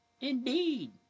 Indeed